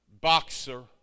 boxer